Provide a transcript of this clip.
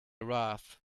wrath